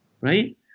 right